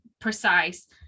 precise